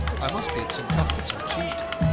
i must be at st. cuthbert's on tuesday.